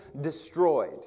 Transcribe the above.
destroyed